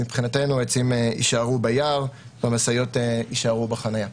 מבחינתנו העצים יישארו ביער והמשאיות יישארו בחניה.